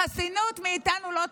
חסינות מאיתנו לא תקבלו.